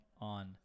on